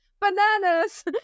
Bananas